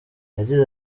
yagize